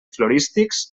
florístics